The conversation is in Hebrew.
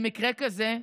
במקרה כזה,